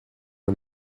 man